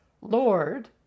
Lord